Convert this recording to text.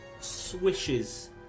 swishes